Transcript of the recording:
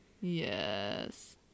Yes